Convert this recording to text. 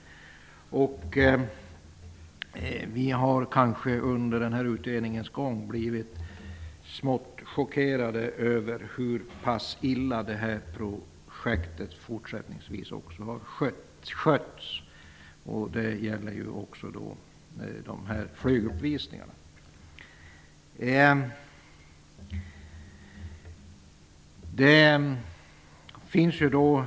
Under den här utredningens gång har vi blivit smått chockerade över hur pass illa projektet har skötts. Detta gäller också flyguppvisningarna.